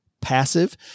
passive